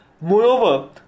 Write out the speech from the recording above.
Moreover